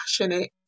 passionate